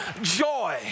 Joy